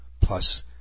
plus